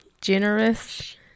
generous